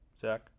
Zach